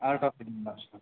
आरति अस्तु